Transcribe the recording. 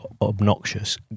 obnoxious